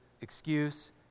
excuse